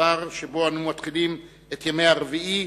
כדבר שבו אנו מתחילים את ימי הרביעי,